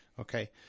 Okay